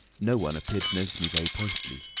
no one appeared to notice me very pointedly.